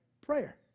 Prayer